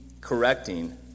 correcting